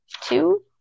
two